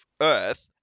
Earth